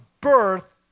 birth